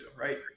right